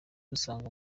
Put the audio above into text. asanga